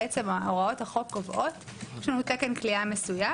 הוראות החוק קובעות שיש לנו תקן כליאה מסוים,